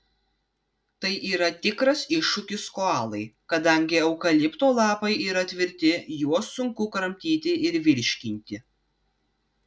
tai yra tikras iššūkis koalai kadangi eukalipto lapai yra tvirti juos sunku kramtyti ir virškinti